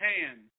hand